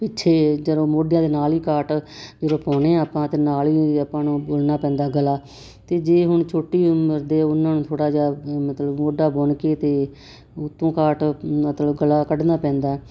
ਪਿੱਛੇ ਜਦੋਂ ਮੋਢਿਆਂ ਦੇ ਨਾਲ ਹੀ ਕਾਟ ਜਦੋਂ ਪਾਉਂਦੇ ਆ ਆਪਾਂ ਅਤੇ ਨਾਲ ਹੀ ਆਪਾਂ ਨੂੰ ਬੁਣਨਾ ਪੈਂਦਾ ਗਲਾ ਅਤੇ ਜੇ ਹੁਣ ਛੋਟੀ ਉਮਰ ਦੇ ਉਹਨਾਂ ਨੂੰ ਥੋੜ੍ਹਾ ਜਿਹਾ ਮਤਲਬ ਮੋਢਾ ਬੁਣ ਕੇ ਅਤੇ ਉਤੋਂ ਕਾਟ ਮਤਲਬ ਗਲਾ ਕੱਢਣਾ ਪੈਂਦਾ